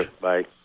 Bye